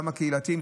גם הקהילתיים,